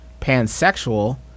pansexual